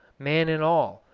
man and all,